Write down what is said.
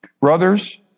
Brothers